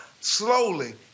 slowly